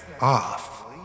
off